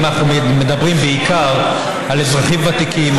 אנחנו מדברים בעיקר על אזרחים ותיקים,